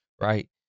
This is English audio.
right